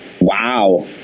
Wow